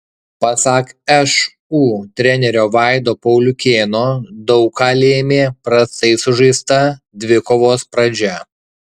pasak šu trenerio vaido pauliukėno daug ką lėmė prastai sužaista dvikovos pradžia